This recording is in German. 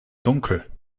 dunkel